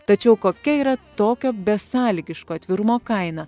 tačiau kokia yra tokio besąlygiško atvirumo kaina